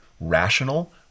rational